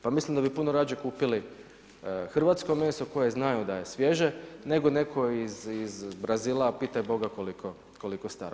Pa mislim da bi puno rađe kupili hrvatsko meso koje znaju da je svježe nego neko iz Brazila, pitaj Boga koliko staro.